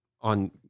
on